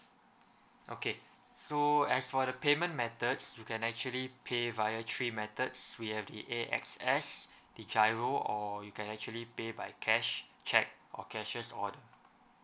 okay so as for the payment methods you can actually pay via three methods we have the A_X_S the GIRO or you can actually pay by cash check or cashier's order